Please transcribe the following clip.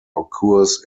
occurs